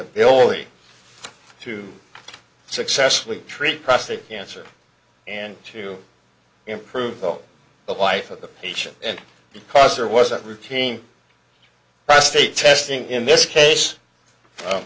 ability to successfully treat prostate cancer and to improve though the life of the patient and because there wasn't routine prostate testing in this case